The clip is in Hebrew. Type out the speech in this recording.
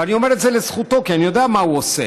אני אומר את זה לזכותו, כי אני יודע מה הוא עושה.